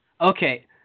Okay